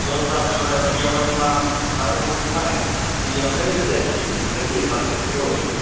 સ્વચ્છતા જળવાય પર્યાવરણમાં સારું ઓલું થાય એ આપણે વિચારીએ એમ કરીએ સાથે રહીને બોલો બીજું